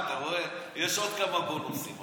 אתה רואה למה כדאי לשמור שבת?